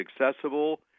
accessible